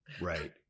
Right